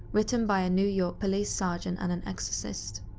written by a new york police sergeant and an exorcist.